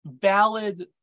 valid